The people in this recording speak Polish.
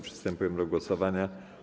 Przystępujemy do głosowania.